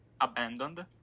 abandoned